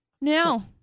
No